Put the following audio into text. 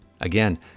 Again